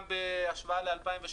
גם בהשוואה ל-2018